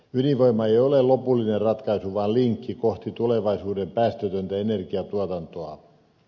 ydinvoima ei ole lopullinen ratkaisu vaan linkki kohti tulevaisuuden päästötöntä energiatuotantoa